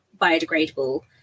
biodegradable